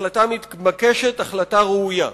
החלטה מתבקשת, החלטה ראויה,